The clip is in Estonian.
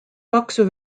paksu